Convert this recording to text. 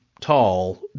tall